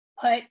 put